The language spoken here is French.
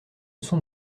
sont